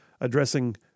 addressing